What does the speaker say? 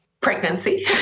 Pregnancy